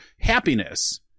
happiness